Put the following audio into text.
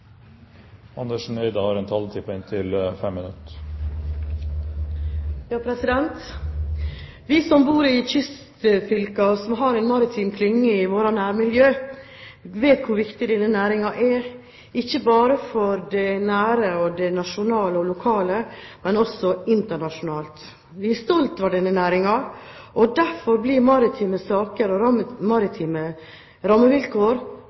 Vi som bor i kystfylker som har en maritim klynge i vårt nærmiljø, vet hvor viktig denne næringen er, ikke bare for det nære, det lokale og det nasjonale, men også internasjonalt. Vi er stolte over denne næringen, og derfor blir maritime saker og maritime rammevilkår